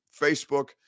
Facebook